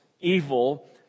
evil